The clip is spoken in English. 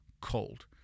cold